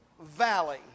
Valley